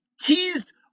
teased